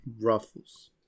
Ruffles